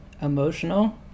emotional